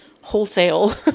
wholesale